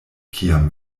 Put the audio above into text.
kiam